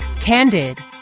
Candid